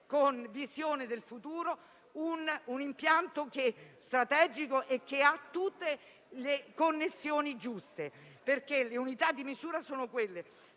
con visione del futuro, un impianto strategico che abbia tutte le connessioni giuste, perché le unità di misura sono quelle: